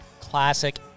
Classic